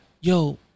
yo